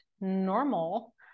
normal